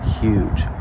huge